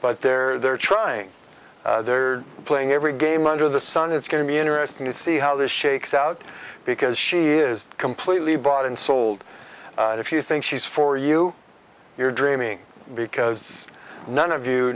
but they're they're trying they're playing every game under the sun it's going to be interesting to see how this shakes out because she is completely bought and sold if you think she's for you you're dreaming because none of